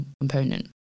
component